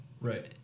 Right